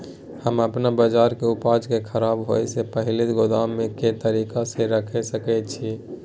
हम अपन बाजरा के उपज के खराब होय से पहिले गोदाम में के तरीका से रैख सके छी?